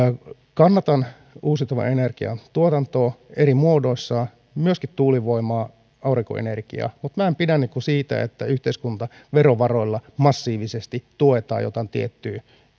kannatan uusiutuvan energian tuotantoa eri muodoissaan myöskin tuulivoimaa aurinkoenergiaa mutta minä en pidä siitä että yhteiskunnan verovaroilla massiivisesti tuetaan jotain tiettyä